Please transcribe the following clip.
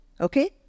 Okay